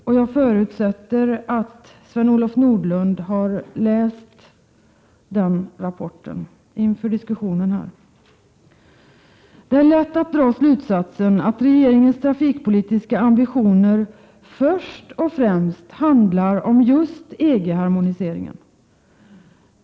Jag förutsätter att Sven-Olof Nordlund har läst den rapporten inför diskussionen här. Det är lätt att dra slutsatsen att regeringens trafikpolitiska ambitioner först och främst handlar om just EG-harmoniseringen.